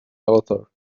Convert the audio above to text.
author